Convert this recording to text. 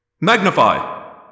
Magnify